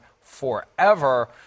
forever